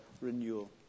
renewal